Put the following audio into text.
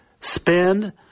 spend